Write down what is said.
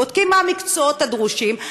בודקים מה המקצועות הדרושים,